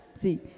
See